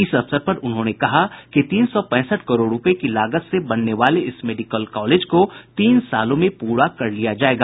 इस अवसर पर उन्होंने कहा कि तीन सौ पैंसठ करोड़ रूपये की लागत से बनने वाले इस मेडिकल कॉलेज को तीन सालों में पूरा कर लिया जायेगा